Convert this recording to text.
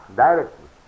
directly